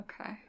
Okay